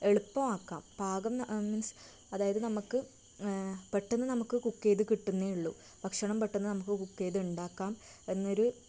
എളുപ്പമാക്കാം പാകം മീൻസ് അതായത് നമുക്ക് പെട്ടന്ന് നമുക്ക് കുക്ക് ചെയ്ത് കിട്ടുമെന്നെ ഉള്ളു ഭക്ഷണം പെട്ടന്ന് നമുക്ക് കുക്ക് ചെയ്തുണ്ടാക്കാം എന്നൊര്